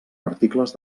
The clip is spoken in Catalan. articles